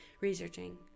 researching